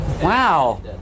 Wow